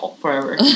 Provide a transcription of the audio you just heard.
forever